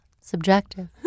subjective